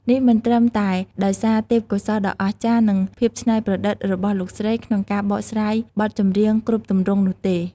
នេះមិនត្រឹមតែដោយសារ ទេពកោសល្យដ៏អស្ចារ្យ និង ភាពច្នៃប្រឌិត របស់លោកស្រីក្នុងការបកស្រាយបទចម្រៀងគ្រប់ទម្រង់នោះទេ។